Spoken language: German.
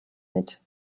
mit